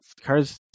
cars